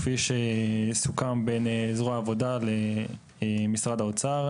כפי שסוכם בין זרוע העבודה לבין משרד האוצר,